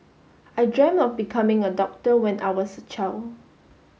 I dreamt of becoming a doctor when I was a child